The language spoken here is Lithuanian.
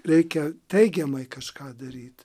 reikia teigiamai kažką daryt